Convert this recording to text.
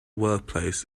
workplace